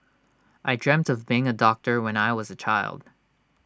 I dreamt of becoming A doctor when I was A child